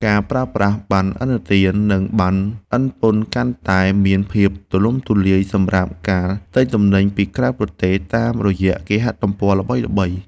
ការប្រើប្រាស់ប័ណ្ណឥណទាន និងប័ណ្ណឥណពន្ធកាន់តែមានភាពទូលំទូលាយសម្រាប់ការទិញទំនិញពីក្រៅប្រទេសតាមរយៈគេហទំព័រល្បីៗ។